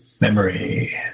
Memory